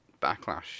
Backlash